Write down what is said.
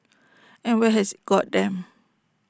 and where has IT got them